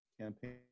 campaign